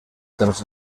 temps